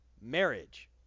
marriage